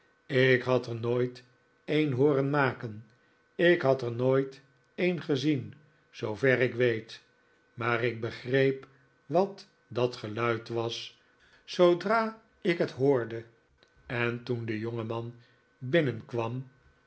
ik had er nooit een hooren maken ik had er nooit een gezien zoover ik weet maar ik begreep wat dat geluid was zoodra ik het hoorde en toen de jongeman binnenkwam